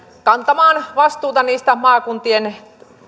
kantamaan vastuuta niistä maakuntien